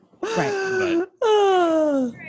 Right